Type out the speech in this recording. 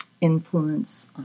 influence